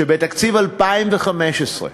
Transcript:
שבתקציב 2015,